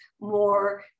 more